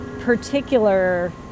particular